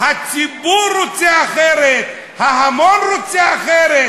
הציבור רוצה אחרת, ההמון רוצה אחרת.